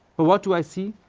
but what do i see?